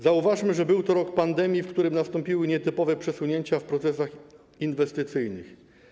Zauważmy, że był to rok pandemii, w którym nastąpiły nietypowe przesunięcia w procesach inwestycyjnych.